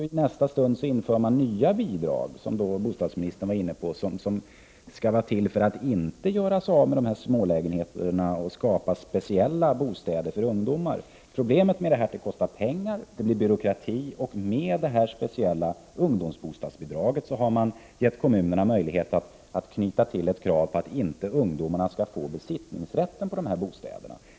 I nästa stund införs bidrag — som bostadsministern var inne på — för att man inte skall göra sig av med dessa smålägenheter och för att man skall skapa speciella bostäder för ungdomar. Problemet är att det kostar pengar och att det blir byråkrati. Och i samband med det speciella ungdomsbostadsbidraget har man gett kommunerna möjlighet att lägga till ett krav — att ungdomarna inte skall få besittningsrätten när det gäller dessa bostäder.